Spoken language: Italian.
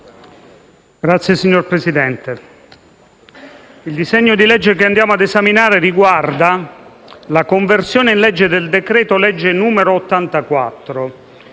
*relatore*. Signor Presidente, il disegno di legge che andiamo ad esaminare riguarda la conversione in legge del decreto-legge n. 84